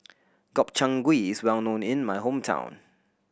Gobchang Gui is well known in my hometown